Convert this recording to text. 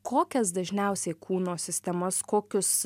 kokias dažniausiai kūno sistemas kokius